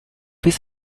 his